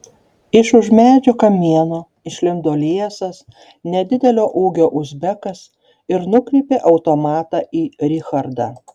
iš už medžio kamieno išlindo liesas nedidelio ūgio uzbekas ir nukreipė automatą į richardą